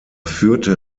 führte